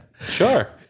Sure